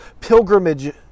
pilgrimage